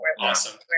Awesome